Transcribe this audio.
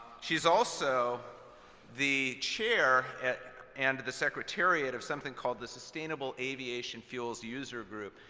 she's also the chair and the secretariat of something called the sustainable aviation fuels user group,